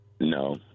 No